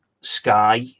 Sky